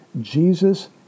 Jesus